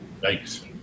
Thanks